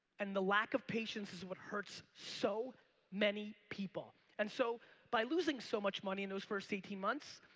and the lack of patience is what hurts so many people and so by losing so much money in those first eighteen months,